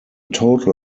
total